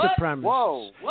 supremacists